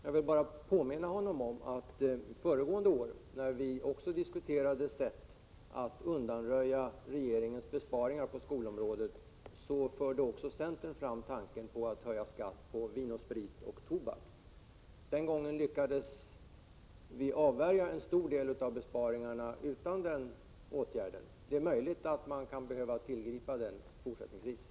Jag vill bara påminna Björn Samuelson om att föregående år, då vi också diskuterade sätt att undanröja regeringens besparingar på skolans område, förde centern fram tanken att höja skatten på vin, sprit och tobak. Den gången lyckades vi avvärja en stor del av besparingarna utan denna åtgärd. Det är möjligt att man kan behöva tillgripa den i framtiden.